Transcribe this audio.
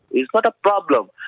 it's not a problem,